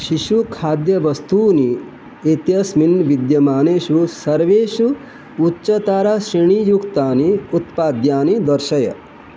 शिशोः खाद्यवस्तूनि इत्यस्मिन् विद्यमानेषु सर्वेषु उच्चताराश्रेणीयुक्तानि उत्पाद्यानि दर्शय